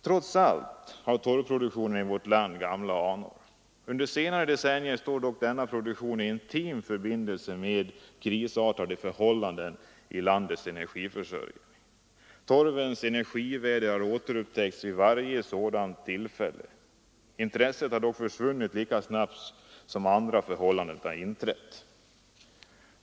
Trots allt har torvanvändningen i vårt land gamla anor. Under senare decennier har den dock stått i intim förbindelse med krisartade förhållanden i landets energiförsörjning. Torvens energivärde har återupptäckts vid varje sådant tillfälle. Intresset har dock försvunnit lika snabbt då andra förhållanden inträtt.